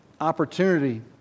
opportunity